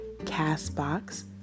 CastBox